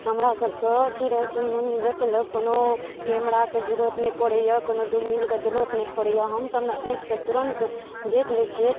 हमरा सबके चिड़ै चुनमुनी देखै लए कोनो कैमराके जरूरत नहि पड़ैया कोनो दूर बीनके जरूरत नहि पड़ैया हमसभ ने आँखिसँ तुरन्त देख लै छियै